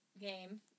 game